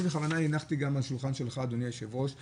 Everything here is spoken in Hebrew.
אני בכוונה הנחתי על השולחן שלך וגם